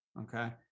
okay